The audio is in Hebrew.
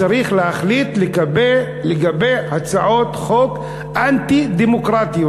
צריך להחליט לגבי הצעות חוק אנטי-דמוקרטיות.